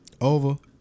over